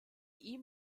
ihm